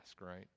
right